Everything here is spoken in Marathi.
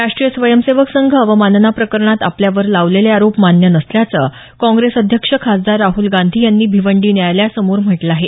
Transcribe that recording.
राष्टीय स्वयंसेवक संघ अवमानना प्रकरणात आपल्यावर लावलेले आरोप मान्य नसल्याचं काँग्रेस अध्यक्ष खासदार राहल गांधी यांनी भिवंडी न्यायालयासमोर म्हटलं आहे